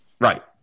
Right